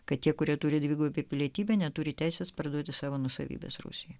kad tie kurie turi dvigubą pilietybę neturi teisės parduoti savo nuosavybės rusijoje